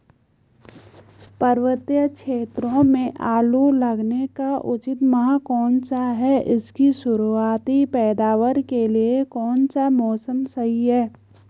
पर्वतीय क्षेत्रों में आलू लगाने का उचित माह कौन सा है इसकी शुरुआती पैदावार के लिए कौन सा मौसम सही है?